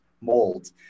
mold